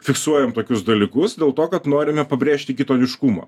fiksuojam tokius dalykus dėl to kad norime pabrėžti kitoniškumą